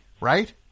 right